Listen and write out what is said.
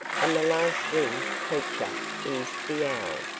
and the last winged creature is the owl,